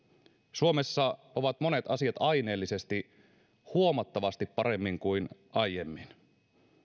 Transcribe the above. suomessa ovat monet asiat aineellisesti huomattavasti paremmin kuin aiemmin